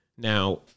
Now